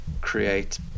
create